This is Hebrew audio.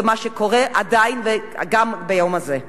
מה שקורה עדיין גם ביום הזה.